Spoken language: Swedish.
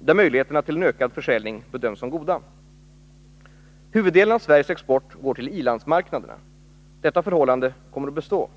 där möjligheterna till en ökad försäljning bedöms som goda. Huvuddelen av Sveriges export går till i-landsmarknaderna. Detta förhållande kommer att bestå.